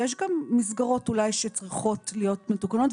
ויש גם מסגרות אולי שצריכות להיות מתוקנות,